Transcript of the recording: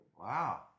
Wow